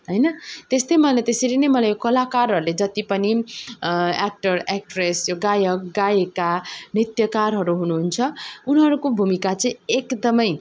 होइन त्यस्तै मैले त्यसरी नै मैले कलाकारहरूले जति पनि एक्टर एक्ट्रेस गायक गायिका नृत्यकारहरू हुनु हुन्छ उनीहरूको भूमिका चाहिँ एकदमै